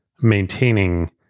maintaining